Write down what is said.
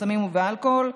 בסמים ובאלכוהול.